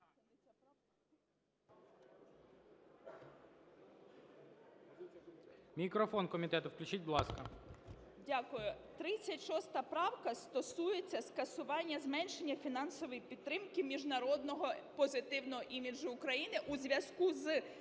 Мікрофон комітету включіть, будь ласка. 18:32:38 ЗАБУРАННА Л.В. Дякую. 36 правка стосується скасування зменшення фінансової підтримки міжнародного позитивного іміджу України у зв'язку з